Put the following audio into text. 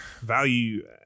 Value